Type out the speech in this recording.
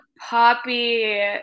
Poppy